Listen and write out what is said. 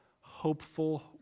hopeful